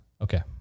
Okay